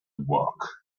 work